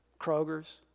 Kroger's